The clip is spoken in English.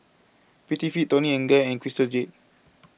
Prettyfit Toni and Guy and Crystal Jade